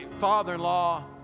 father-in-law